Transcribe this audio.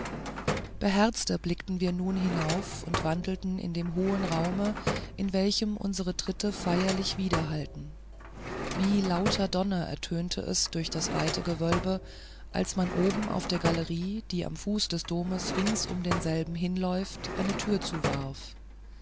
beherzter blickten wir nun hinauf und wandelten in dem hohen raume in welchem unserer tritte feierlich widerhallten wie lauter donner ertönte es durch das weite gewölbe als man oben auf der galerie die am fuße des doms rings um denselben hinläuft eine tür zuwarf